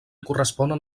corresponen